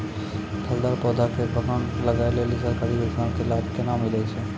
फलदार पौधा के बगान लगाय लेली सरकारी योजना के लाभ केना मिलै छै?